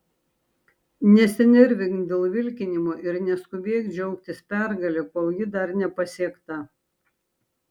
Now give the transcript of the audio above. nesinervink dėl vilkinimo ir neskubėk džiaugtis pergale kol ji dar nepasiekta